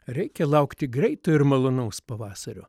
reikia laukti greito ir malonaus pavasario